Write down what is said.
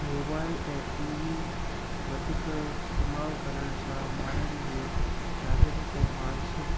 mobile ऐं TV वधीक इस्तेमाल करण सां ॿारनि जे शारीरिक ऐं मानसिक